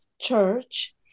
church